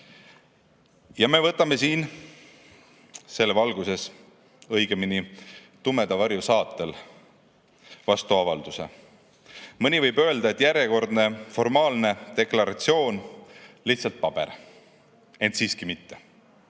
Me võtame siin selle valguses, õigemini tumeda varju saatel vastu avalduse. Mõni võib öelda, et järjekordne formaalne deklaratsioon, lihtsalt paber, ent siiski mitte.